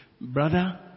Brother